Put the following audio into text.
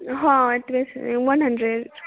हँ एतबहि छै वन हंड्रेड